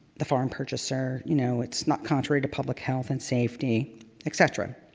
the foreign purchaser, you know, it's not contrary to public health and safety etcetera.